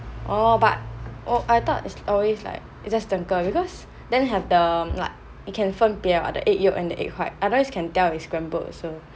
orh but oh I thought is always like it's just 整个 because then have the um like can 分别 what the egg yolk and the egg white otherwise can tell it's scrambled also